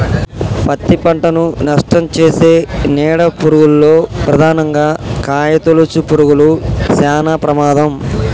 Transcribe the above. పత్తి పంటను నష్టంచేసే నీడ పురుగుల్లో ప్రధానంగా కాయతొలుచు పురుగులు శానా ప్రమాదం